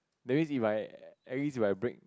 that means if I at least if I break